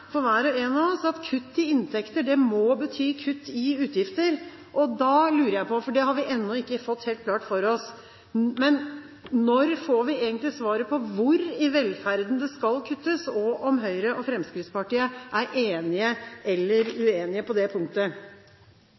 for hver og en av oss, at kutt i inntekter må bety kutt i utgifter, og da lurer jeg på – for det har vi ennå ikke fått helt klart for oss: Når får vi egentlig svaret på hvor i velferden det skal kuttes, og om Høyre og Fremskrittspartiet er enige eller uenige på det punktet?